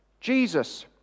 Jesus